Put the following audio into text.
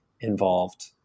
involved